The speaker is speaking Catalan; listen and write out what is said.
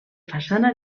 façana